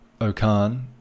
Okan